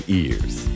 ears